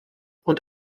und